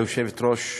גברתי היושבת-ראש,